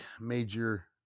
major